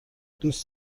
دوست